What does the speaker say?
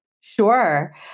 Sure